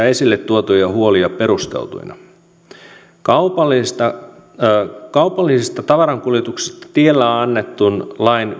esille tuotuja huolia perusteltuina kaupallisista kaupallisista tavarankuljetuksista tiellä annetun lain